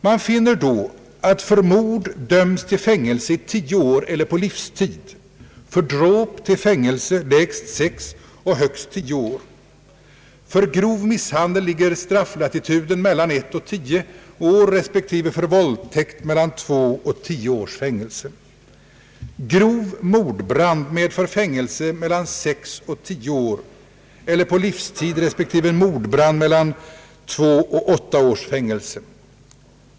Man finner då att för mord döms till fängelse i tio år eller på livstid, för dråp till fängelse lägst sex och högst tio år. För grov misshandel ligger strafflatituden mellan ett och tio år och för våldtäkt mellan två och tio års fängelse. Grov mordbrand medför fängelse mellan sex och tio år eller på livstid och mordbrand ger mellan två och åtta års fängelse.